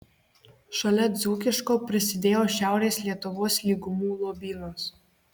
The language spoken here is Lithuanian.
šalia dzūkiško prisidėjo šiaurės lietuvos lygumų lobynas